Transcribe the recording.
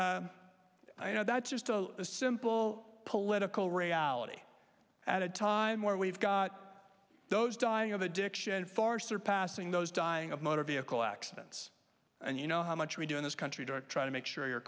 you know that's just a simple political reality at a time where we've got those dying of addiction far surpassing those dying of motor vehicle accidents and you know how much we do in this country dark try to make sure your